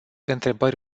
întrebări